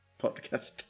podcast